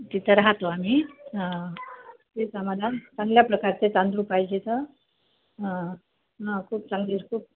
तिथं राहतो आम्ही हं ते आम्हाला चांगल्या प्रकारचे तांदूळ पाहिजे आहेत हं हां खूप चांगली खूप